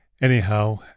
Anyhow